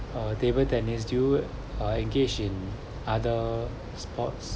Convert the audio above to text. uh table tennis do you uh engage in other sports